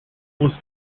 was